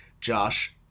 Josh